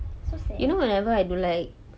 so sad